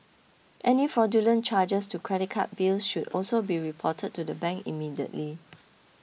any fraudulent charges to credit card bills should also be reported to the bank immediately